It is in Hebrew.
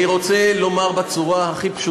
אני רוצה לומר בצורה הכי פשוטה,